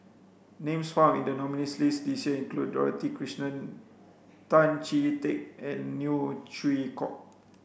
names found in the nominees' list this year include Dorothy Krishnan Tan Chee Teck and Neo Chwee Kok